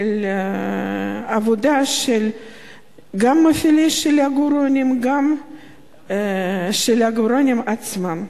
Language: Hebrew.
עבודה של מפעילי עגורנים וגם של העגורנים עצמם.